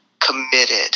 committed